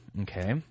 Okay